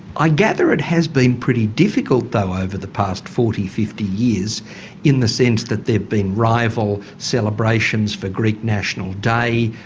i gather it has been pretty difficult though over the past forty fifty years in the sense that there've been rival celebrations for greek national day,